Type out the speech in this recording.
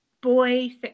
boy